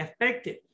effective